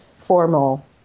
formal